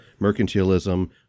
mercantilism